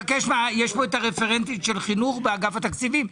כאן הרפרנטית של החינוך באגף התקציבים.